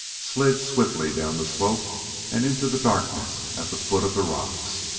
slid swiftly down the slope and into the darkness at the foot of the rocks.